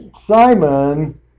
Simon